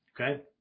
Okay